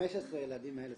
15 הילדים האלה,